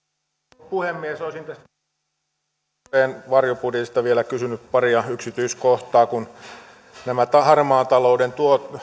puhemies olisin tästä sdpn varjobudjetista vielä kysynyt paria yksityiskohtaa nämä harmaan talouden